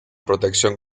protección